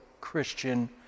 Christian